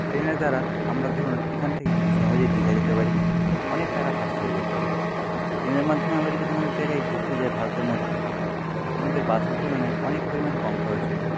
ট্রেনের দ্বারা আমরা ধরুন এখান থেকে খুব সহজেই দীঘা যেতে পারি অনেক টাকা সাশ্রয় করতে পারি ট্রেনের মাধ্যমে আমরা যদি কোনো জায়গায় ঘুরতে যাই ভারতের মধ্যে আমাদের বাসের তুলনায় অনেক পরিমাণ কম খরচ হয়